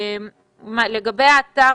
לגבי האתר